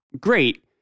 Great